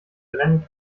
brennen